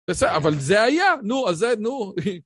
בסדר, אבל זה היה. נו, אז זה, נו.